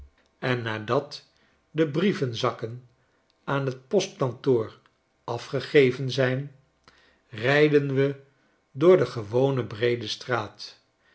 en nadat de brievenzakken aan t postkantoor afgegeven zijn rijden we door de gewone breede straat